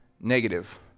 negative